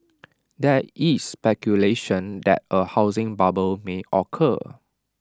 there is speculation that A housing bubble may occur